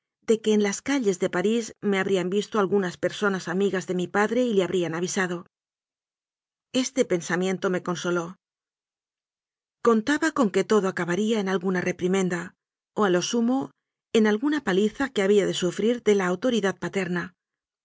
de que en las calles de parís me habrían visto algunas personas amigas de mi padre y le habrían avisado este pensamiento me consoló contaba con que todo acabaría en alguna repri menda o a lo sumo en alguna paliza que había de sufrir de la autoridad paterna